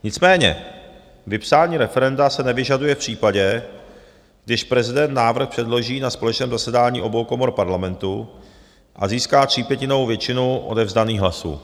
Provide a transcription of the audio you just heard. Nicméně vypsání referenda se nevyžaduje v případě, když prezident návrh předloží na společném zasedání obou komor parlamentu a získá třípětinovou většinu odevzdaných hlasů.